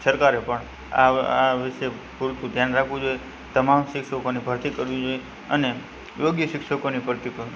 સરકારે પણ આ વ આ વિશે પૂરતું ધ્યાન રાખવું જોઇએ તમામ શિક્ષકોની ભરતી કરવી જોઇએ અને યોગ્ય શિક્ષકોની ભરતી કરવી